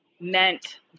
meant